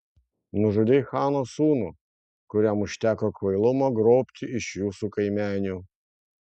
nužudei chano sūnų kuriam užteko kvailumo grobti iš jūsų kaimenių